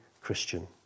Christian